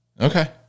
okay